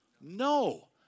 No